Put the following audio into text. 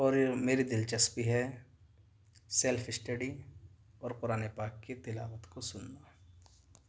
اور میری دلچسپی ہے سیلف اسٹڈی اور قرآن پاک کی تلاوت کو سننا